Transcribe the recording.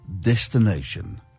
destination